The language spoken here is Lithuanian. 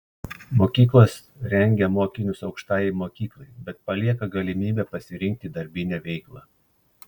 mokyklos rengia mokinius aukštajai mokyklai bet palieka galimybę pasirinkti darbinę veiklą